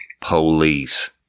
police